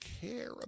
care